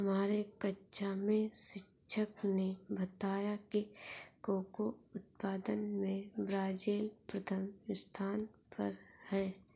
हमारे कक्षा में शिक्षक ने बताया कि कोको उत्पादन में ब्राजील प्रथम स्थान पर है